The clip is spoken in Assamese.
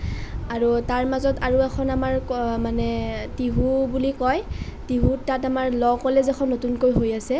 আৰু তাৰ মাজত আৰু এখন মানে আমাৰ মানে ক টিহু বুলি কয় টিহুত তাত আমাৰ ল' কলেজ এখন নতুনকৈ হৈ আছে